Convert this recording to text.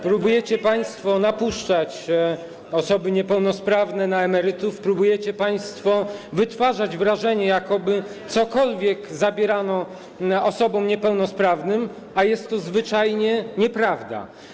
Próbujecie państwo napuszczać osoby niepełnosprawne na emerytów, próbujecie państwo wytwarzać wrażenie, jakoby cokolwiek zabierano osobom niepełnosprawnym, a jest to zwyczajnie nieprawda.